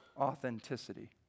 authenticity